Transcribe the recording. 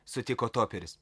sutiko toperis